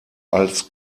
als